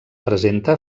presenta